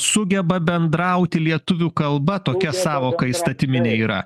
sugeba bendrauti lietuvių kalba tokia sąvoka įstatyminė yra